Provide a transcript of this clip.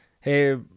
hey